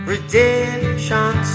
Redemption